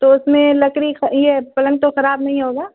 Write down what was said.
تو اس میں لکڑی یہ پلنگ تو خراب نہیں ہوگا